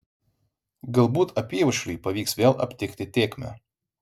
galbūt apyaušriui pavyks vėl aptikti tėkmę